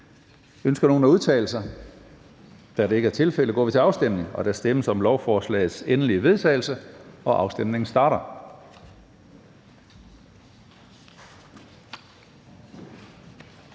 Ønsker nogen at udtale sig? Da det ikke er tilfældet, går vi til afstemning. Kl. 09:14 Afstemning Formanden (Søren Gade): Der stemmes om lovforslagets endelige vedtagelse, og afstemningen starter.